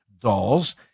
dolls